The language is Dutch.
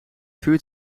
vuur